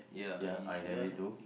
ya I have it too